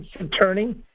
attorney